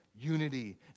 unity